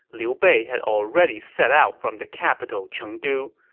liu bei had already set out from the capital chengdu.